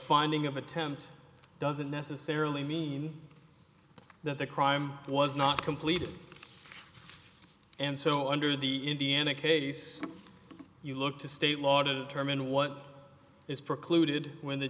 finding of attempt doesn't necessarily mean that the crime was not completed and so under the indiana case you look to state law determine what is precluded when the